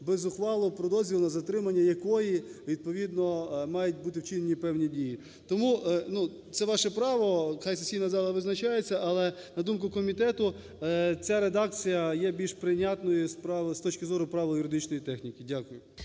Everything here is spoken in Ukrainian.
без ухвали про дозвіл на затримання якої відповідно мають бути вчинені певні дії. Тому, ну, це ваше право. Хай сесійна зала визначається. Але, на думку комітету, ця редакція є більш прийнятною з точки зору правил юридичної техніки. Дякую.